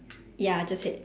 ya just hit